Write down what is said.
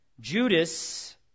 Judas